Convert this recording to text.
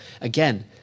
again